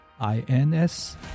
i-n-s